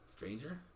Stranger